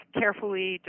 carefully